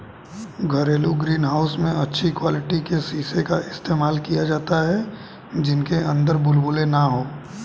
घरेलू green house में अच्छी क्वालिटी के शीशे का इस्तेमाल किया जाता है जिनके अंदर बुलबुले ना हो